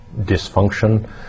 dysfunction